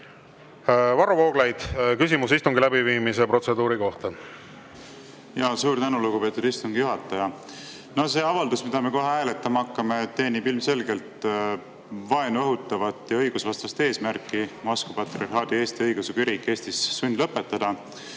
Varro Vooglaid, küsimus istungi läbiviimise protseduuri kohta. Suur tänu, lugupeetud istungi juhataja! See avaldus, mida me kohe hääletama hakkame, teenib ilmselgelt vaenu õhutavat ja õigusvastast eesmärki Moskva Patriarhaadi Eesti Õigeusu Kirik Eestis sundlõpetada,